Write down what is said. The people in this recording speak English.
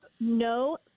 No